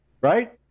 right